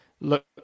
look